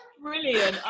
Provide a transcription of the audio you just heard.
Brilliant